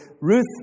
Ruth